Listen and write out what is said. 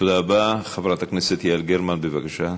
חברת הכנסת יעל גרמן, בבקשה,